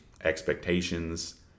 expectations